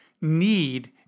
need